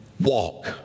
walk